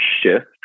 shift